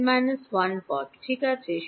n 1 পদ ঠিক আছে